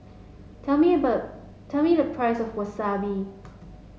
tell me tell me the price of Wasabi